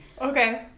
Okay